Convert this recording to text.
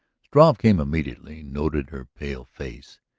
struve came immediately, noted her pale face,